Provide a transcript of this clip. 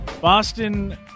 Boston